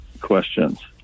questions